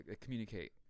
communicate